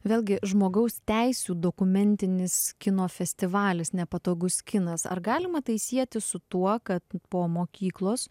vėlgi žmogaus teisių dokumentinis kino festivalis nepatogus kinas ar galima tai sieti su tuo kad po mokyklos